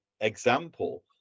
example